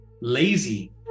lazy